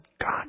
God